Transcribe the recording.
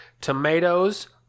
Tomatoes